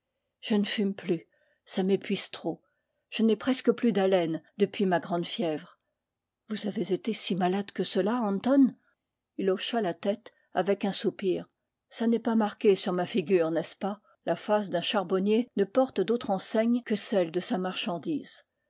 je ne fume plus ça m'épuise trop je n'ai presque plus d'haleine depuis ma grande fièvre vous avez été si malade que cela anton il hocha la tête avec un soupir ça n'est pas marqué sur ma figure n'est-ce pas la face d'un charbonnier ne porte d'autre enseigne que celle de sa marchandise